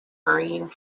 hurrying